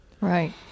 Right